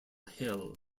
hill